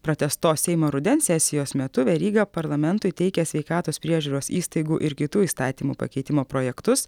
pratęstos seimo rudens sesijos metu veryga parlamentui teikia sveikatos priežiūros įstaigų ir kitų įstatymų pakeitimo projektus